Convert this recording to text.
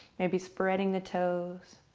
maybe spreading the toes,